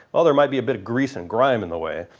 although there might be a bit of grease and grime in the way.